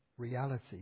reality